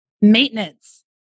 maintenance